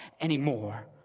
anymore